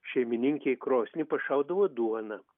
šeimininkė į krosnį pašaudavo duoną